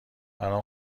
برام